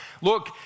Look